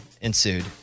ensued